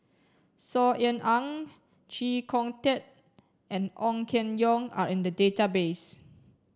Saw Ean Ang Chee Kong Tet and Ong Keng Yong are in the database